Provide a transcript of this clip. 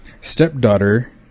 Stepdaughter